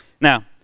Now